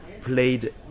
played